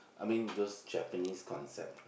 I mean those Japanese concept